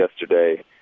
yesterday